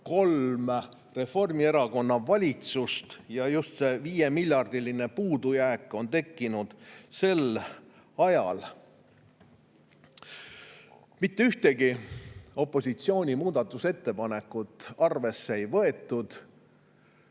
kolm Reformierakonna valitsust ja see 5‑miljardiline puudujääk on tekkinud just sel ajal. Mitte ühtegi opositsiooni muudatusettepanekut arvesse ei võetud.